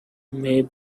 may